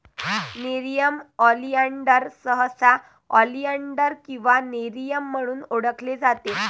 nerium oleander सहसा oleander किंवा nerium म्हणून ओळखले जाते